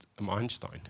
Einstein